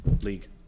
league